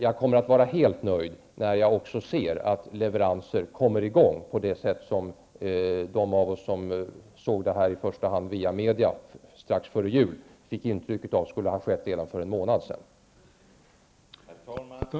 Jag kommer att vara helt nöjd när jag ser att leveranser också kommer i gång på det sätt som de av oss som såg detta via media strax före jul fick intryck av skulle ha skett redan för en månad sedan.